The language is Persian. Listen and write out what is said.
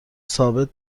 ثابت